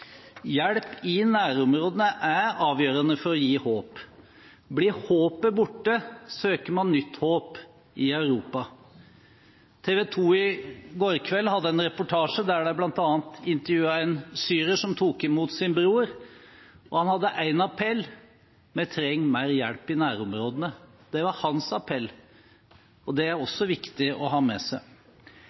Hjelp i nærområdene er avgjørende for å gi håp. Blir håpet borte, søker man nytt håp i Europa. TV 2 hadde i går kveld en reportasje der de bl.a. intervjuet en syrer som tok imot sin bror, og han hadde én appell: Vi trenger mer hjelp i nærområdene. Det var hans appell, og det er også viktig å ha med seg.